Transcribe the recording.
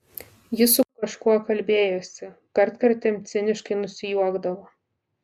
ji su kažkuo kalbėjosi kartkartėm ciniškai nusijuokdavo